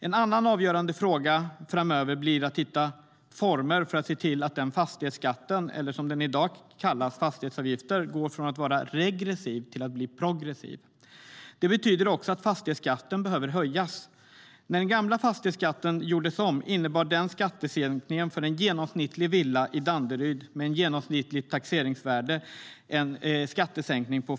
En annan avgörande fråga framöver blir att hitta former för att se till att fastighetsskatten eller fastighetsavgiften, som den kallas i dag, går från att vara regressiv till att bli progressiv. Det betyder att fastighetsskatten behöver höjas. När den gamla fastighetsskatten gjordes om innebar det en skattesänkning med 57 000 kronor per år för en genomsnittlig villa i Danderyd med genomsnittligt taxeringsvärde.